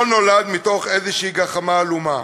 לא נולד מתוך איזושהי גחמה עלומה,